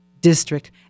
District